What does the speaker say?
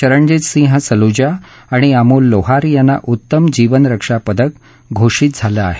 चरणजित सिंह सलुजा आणि अमोल लोहार यांना उत्तम जीवनरक्षा पदक घोषित झालं आहे